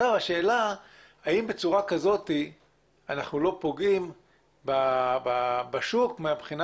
השאלה האם בצורה כזאת אנחנו לא פוגעים בשוק מהבחינה